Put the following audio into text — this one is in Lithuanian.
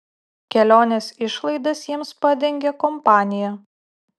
kelionės išlaidas jiems padengė kompanija